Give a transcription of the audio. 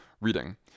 reading